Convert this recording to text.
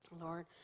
Lord